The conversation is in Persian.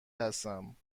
هستم